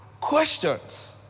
questions